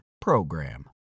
PROGRAM